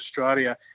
Australia